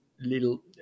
little